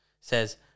says